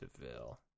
Deville